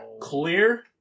clear